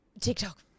TikTok